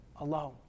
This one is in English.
alone